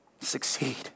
succeed